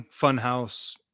Funhouse